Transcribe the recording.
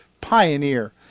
pioneer